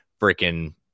freaking